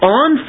on